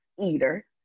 eater